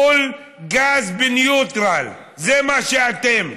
פול גז בניוטרל, זה מה שאתם.